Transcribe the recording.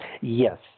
Yes